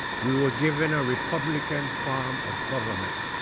we were given a republican form of government